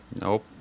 nope